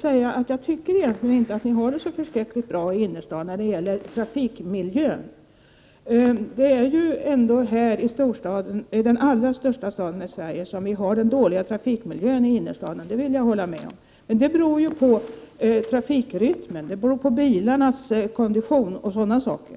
säga att jag egentligen inte tycker att ni har det så förskräckligt bra i innerstaden när det gäller trafikmiljön. Det är ändå här i den allra största staden i Sverige som vi har den dåliga trafikmiljön i innerstaden. Detta beror på trafikrytmen, på bilarnas kondition och sådana saker.